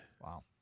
Wow